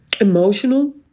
emotional